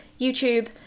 YouTube